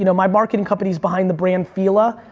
you know my marketing company's behind the brand fila.